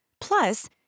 Plus